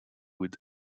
with